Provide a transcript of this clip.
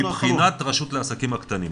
מבחינת הרשות לעסקים קטנים,